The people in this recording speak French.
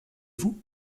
vous